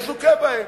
יזוכה בהן.